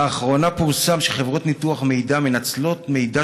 פורסם שחברות ניתוח מידע מנצלות מידע